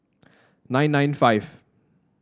nine nine five